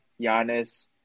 Giannis